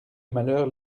malheurs